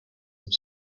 have